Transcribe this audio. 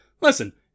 listen